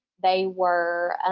they were